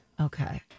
Okay